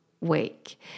week